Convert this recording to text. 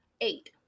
eight